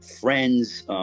friends